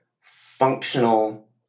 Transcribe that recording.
functional